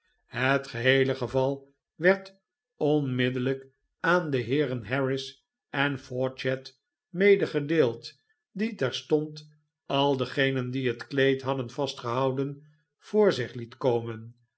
het geheele geval werd onmiddellijk aan de heeren harris en pawcett medegedeeld die terstond al degenen die het kleed hadden vastgehouden voor zich liet komen